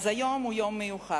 אז היום הוא יום מיוחד,